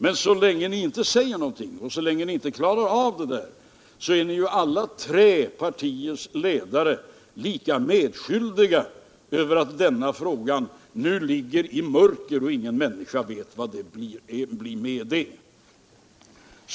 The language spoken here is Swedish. Men så länge ni inte säger någonting och så länge ni inte klarar av det där, är ju alla de tre partiernas ledare lika medskyldiga till att den här frågan nu ligger i mörker och till att ingen människa vet vad det blir av saken.